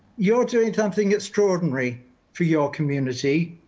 you're doing something extraordinary for your community.